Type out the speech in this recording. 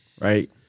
right